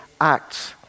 Acts